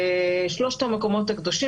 שלושת המקומות הקדושים,